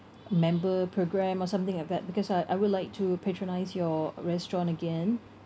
member programme or something like that because I I would like to patronise your restaurant again